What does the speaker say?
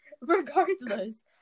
regardless